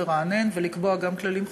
לרענן ולקבוע גם כללים חדשים.